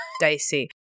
Dicey